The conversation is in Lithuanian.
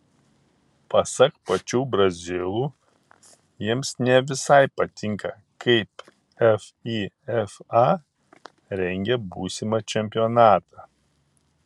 pasak pačių brazilų jiems ne visai patinka kaip fifa rengia būsimą čempionatą